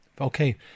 Okay